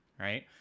right